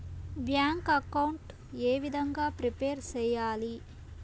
Bank account ఏ విధంగా prepare సెయ్యాలి?